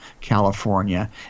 California